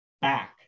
back